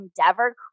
endeavor